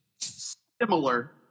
similar